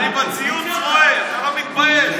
אני בציוץ רואה, אתה לא מתבייש.